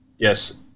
Yes